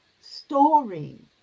story